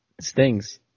stings